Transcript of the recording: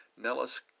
Nellis